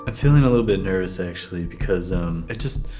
ah feeling a little bit nervous, actually, because i just